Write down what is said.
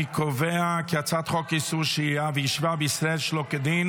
אני קובע כי הצעת חוק איסור שהייה וישיבה בישראל שלא כדין